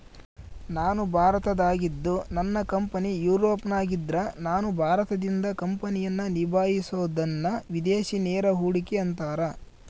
ನಾನು ಭಾರತದಾಗಿದ್ದು ನನ್ನ ಕಂಪನಿ ಯೂರೋಪ್ನಗಿದ್ದ್ರ ನಾನು ಭಾರತದಿಂದ ಕಂಪನಿಯನ್ನ ನಿಭಾಹಿಸಬೊದನ್ನ ವಿದೇಶಿ ನೇರ ಹೂಡಿಕೆ ಅಂತಾರ